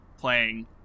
playing